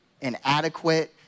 inadequate